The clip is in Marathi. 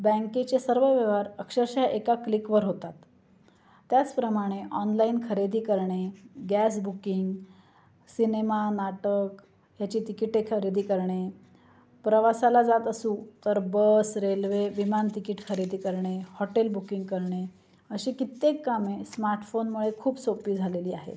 बँकेचे सर्व व्यवहार अक्षरशः एका क्लिकवर होतात त्याचप्रमाणे ऑनलाईन खरेदी करणे गॅस बुकिंग सिनेमा नाटक ह्याची तिकिटे खरेदी करणे प्रवासाला जात असू तर बस रेल्वे विमान तिकीट खरेदी करणे हॉटेल बुकिंग करणे असे कित्येक कामे स्मार्टफोनमुळे खूप सोपी झालेली आहे